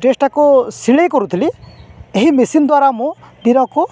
ଡ୍ରେସ୍ଟାକୁ ସିିଲେଇ କରୁଥିଲି ଏହି ମେସିନ୍ ଦ୍ୱାରା ମୁଁ ଦିନକୁ